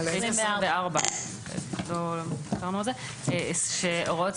זו העמדה של